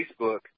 Facebook